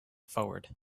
forward